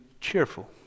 cheerful